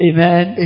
Amen